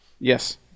Yes